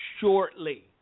shortly